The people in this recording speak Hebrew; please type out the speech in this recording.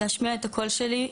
להשמיע את הקול שלי,